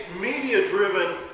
media-driven